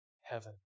heaven